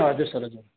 हजुर सर हजुर